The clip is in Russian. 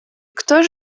кто